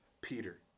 Peter